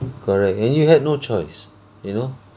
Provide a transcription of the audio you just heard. correct and you had no choice you know